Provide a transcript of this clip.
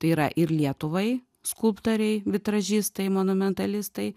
tai yra ir lietuvai skulptoriai vitražistai monumentalistai